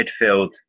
midfield